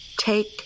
Take